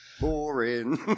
Boring